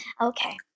Okay